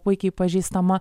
puikiai pažįstama